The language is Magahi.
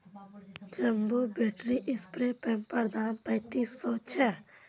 जंबो बैटरी स्प्रे पंपैर दाम पैंतीस सौ छे